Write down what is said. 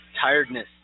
tiredness